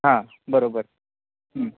हां बरोबर